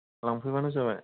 लांफैब्लानो जाबाय